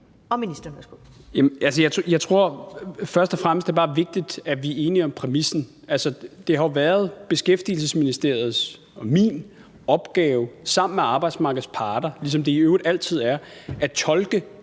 Hummelgaard): Jeg tror først og fremmest, at det bare er vigtigt, at vi er enige om præmissen. Altså, det har jo været Beskæftigelsesministeriets og min opgave sammen med arbejdsmarkedets parter, ligesom det i øvrigt altid er, at tolke